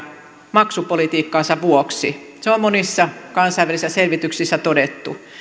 maksupolitiikkansa vuoksi se on monissa kansainvälisissä selvityksissä todettu